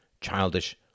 childish